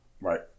right